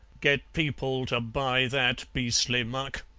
get people to buy that beastly muck,